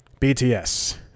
BTS